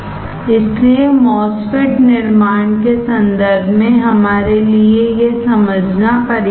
इसलिए MOSFET निर्माण के संदर्भ मेंहमारे लिए यह समझना पर्याप्त है